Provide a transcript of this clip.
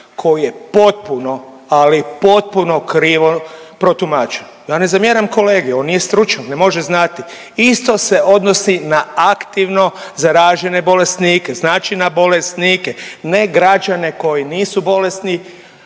koji je potpuno, ali potpuno krivo protumačen. Ja ne zamjeram kolegi, on nije stručan, ne može znati. Isto se odnosi na aktivno zaražene bolesnike, znači na bolesnike, ne građane koji nisu bolesni,